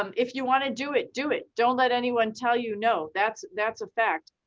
um if you wanna do it, do it, don't let anyone tell you no, that's that's a fact.